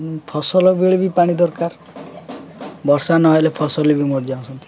ଫସଲ ବେଳେ ବି ପାଣି ଦରକାର ବର୍ଷା ନହେଲେ ଫସଲ ବି ମରିଯାଉଛନ୍ତି